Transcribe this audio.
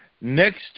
next